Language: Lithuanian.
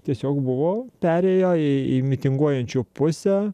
tiesiog buvo perėję į į mitinguojančių pusę